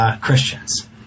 Christians